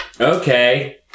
Okay